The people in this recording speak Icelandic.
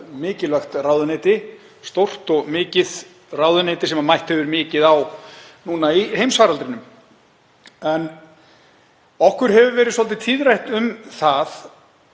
mikilvægt ráðuneyti, stórt og mikið ráðuneyti sem mætt hefur mikið á í heimsfaraldrinum. Okkur Íslendingum hefur verið svolítið tíðrætt um það